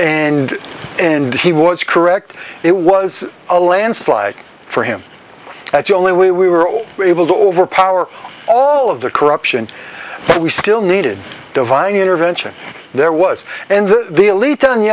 and and he was correct it was a landslide for him that's the only way we were all able to overpower all of the corruption we still needed divine intervention there was and the